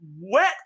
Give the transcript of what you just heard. wet